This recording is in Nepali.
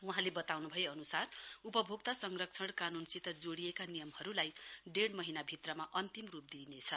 वहाँले बताउनुभए अनुसार उपभोक्ता संरक्षण कानूनसित जोड़िएका नियमहरूलाई डेढ़ महीना भित्रमा अन्तिम रूप दिइनेछ